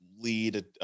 Lead